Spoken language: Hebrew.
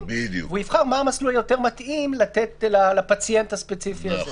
והוא יבחר מה המסלול המתאים יותר לתת לפציינט הספציפי הזה.